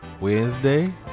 wednesday